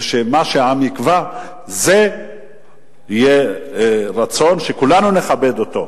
ומה שהעם יקבע יהיה רצון שכולנו נכבד אותו.